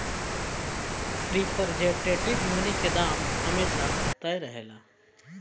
representative money के दाम हमेशा तय रहेला